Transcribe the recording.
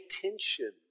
attention